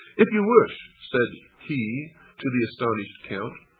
if you wish said he to the astonished count,